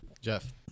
Jeff